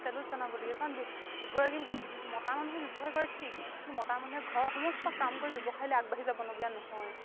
salute জনাবলগীয়া কাৰণ এগৰাকী মতা মানুহে ব্যৱসায় কৰে ঠিক কিন্তু মতা মানুহে ঘৰ সমস্ত কাম কৰি ব্যৱসায়লে আগবাঢ়ি যাবলগীয়া নহয়